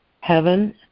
Heaven